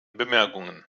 bemerkungen